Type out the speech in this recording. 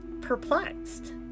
perplexed